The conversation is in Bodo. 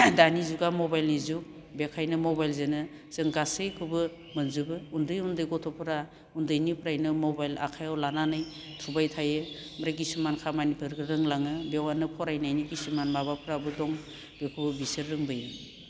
दानि जुगा मबाइलनि जुग बेखायनो मबाइलजोनो जों गासैखौबो मोनजुबो उन्दै उन्दै गथ'फोरा उन्दैनिफ्रायनो मबाइल आखाइआव लानानै थुबाय थायो ओमफ्राय किसुमान खामानिफोरखो रोंलाङो बेवहायनो फरायनायनि किसुमान माबाफ्राबो दं बेखौबो बिसोर रोंबोयो